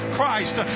Christ